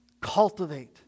Cultivate